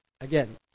Again